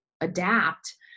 adapt